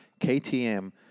KTM